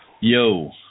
Yo